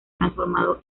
transformado